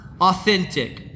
authentic